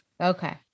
Okay